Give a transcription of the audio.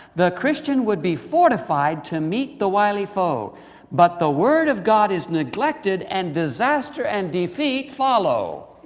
the christian would be fortified to meet the wily foe but the word of god is neglected, and disaster and defeat follow.